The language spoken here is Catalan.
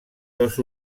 dos